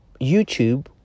YouTube